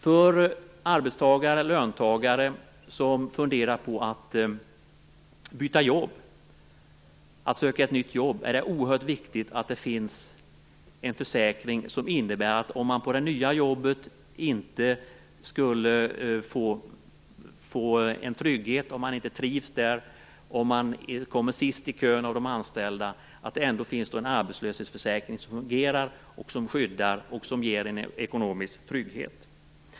Om en arbetstagare, en löntagare funderar på att byta jobb, att söka ett nytt jobb och på det nya jobbet inte får en trygghet, inte trivs där, kanske kommer sist i kön av de anställda, är det oerhört viktigt att det finns en arbetslöshetsförsäkring som fungerar, som skyddar och ger en ekonomisk trygghet.